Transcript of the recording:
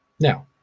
now,